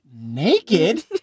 naked